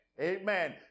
Amen